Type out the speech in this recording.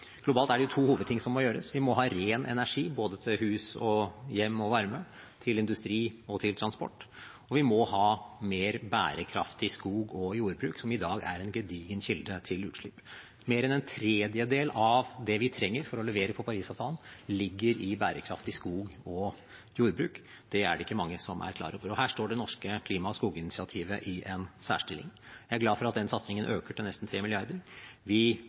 Globalt er det to hovedting som må gjøres. Vi må ha ren energi både til hus, hjem og varme, til industri og til transport. Og vi må ha mer bærekraftig skog- og jordbruk, som i dag er en gedigen kilde til utslipp. Mer enn en tredjedel av det vi trenger for å levere på Parisavtalen, ligger i bærekraftig skog- og jordbruk. Det er det ikke mange som er klar over. Her står det norske klima- og skoginitiativet i en særstilling. Jeg er glad for at den satsingen øker til nesten 3 mrd. kr. Vi